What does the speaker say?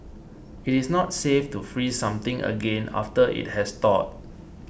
it is not safe to freeze something again after it has thawed